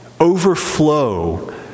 Overflow